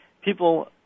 people